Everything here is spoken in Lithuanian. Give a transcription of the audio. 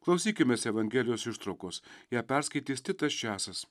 klausykimės evangelijos ištraukos ją perskaitys titas česas